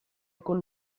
con